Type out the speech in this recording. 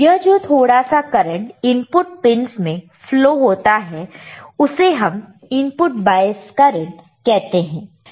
यह जो थोड़ा सा करंट इनपुट पिंस में फ्लो होता है उसे हम इनपुट बायस करंट कहते हैं